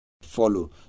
Follow